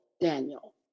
Daniel